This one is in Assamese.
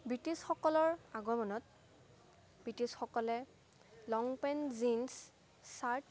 ব্ৰিটিছসকলৰ আগমনত ব্ৰিটিছসকলে লং পেণ্ট জীন্স চাৰ্ট